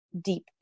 deep